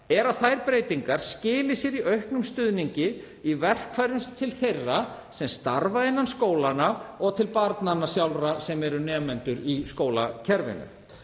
að þær breytingar skili sér í auknum stuðningi og verkfærum til þeirra sem starfa innan skólanna og til barnanna sjálfra sem eru nemendur í skólakerfinu.